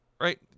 Right